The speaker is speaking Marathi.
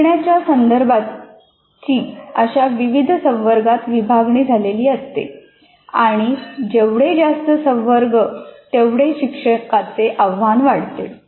शिकवण्याच्या संदर्भांची अशा विविध संवर्गात विभागणी झालेली असते आणि जेवढे जास्त संवर्ग तेवढे शिक्षकाचे आव्हान वाढते